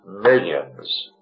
millions